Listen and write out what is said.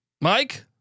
Mike